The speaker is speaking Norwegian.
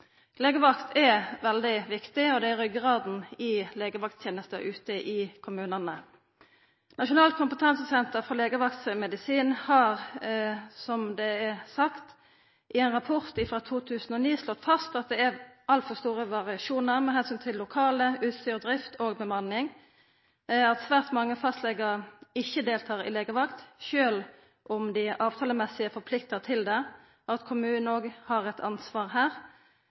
Legevakt er veldig viktig, og det er ryggraden i legevakttenesta ute i kommunane. Som det er sagt, har Nasjonalt kompetansesenter for legevaktmedisin i ein rapport frå 2009 slått fast at det er altfor store variasjonar med omsyn til lokale, utstyr, drift og bemanning, at svært mange fastlegar ikkje deltar i legevakt, sjølv om dei har plikt til det gjennom avtale, at kommunane òg har eit ansvar her,